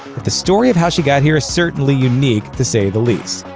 the story of how she got here is certainly unique, to say the least.